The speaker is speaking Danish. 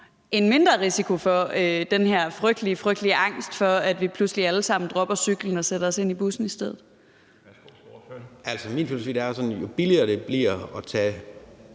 mindre grund til den her frygtelige, frygtelige angst for, at vi pludselig alle sammen dropper cyklen og sætter os ind i bussen i stedet? Kl. 17:23 Den fg. formand (Bjarne